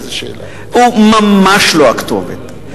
הוא ממש לא הכתובת.